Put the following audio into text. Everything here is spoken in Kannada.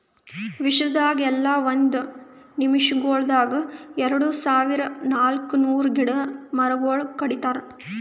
ವಿಶ್ವದಾಗ್ ಎಲ್ಲಾ ಒಂದ್ ನಿಮಿಷಗೊಳ್ದಾಗ್ ಎರಡು ಸಾವಿರ ನಾಲ್ಕ ನೂರು ಗಿಡ ಮರಗೊಳ್ ಕಡಿತಾರ್